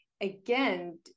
again